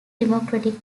democratic